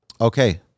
Okay